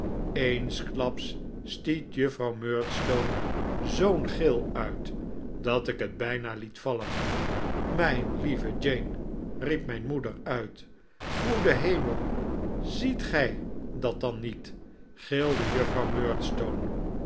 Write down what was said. eensklaps stiet juffrouw murdstone zoo'n gil uit dat ik het bijna liet vallen mijn lieve jane riep mijn moeder uit goede hemel ziet gij dat dan niet gilde juffrouw